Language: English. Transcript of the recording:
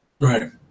Right